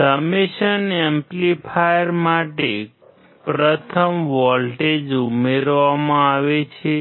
summation amplifier માટે પ્રથમ voltage ઉમેરવામાં આવે છે